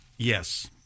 Yes